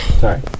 Sorry